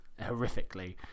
horrifically